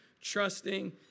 trusting